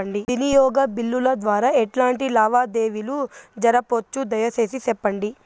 వినియోగ బిల్లుల ద్వారా ఎట్లాంటి లావాదేవీలు జరపొచ్చు, దయసేసి సెప్పండి?